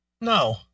No